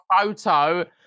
photo